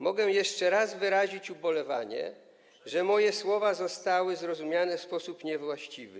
Mogę jeszcze raz wyrazić ubolewanie, że moje słowa zostały zrozumiane w sposób niewłaściwy.